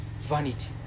vanity